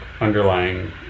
underlying